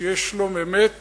שיהיה שלום אמת